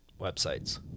websites